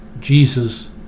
Jesus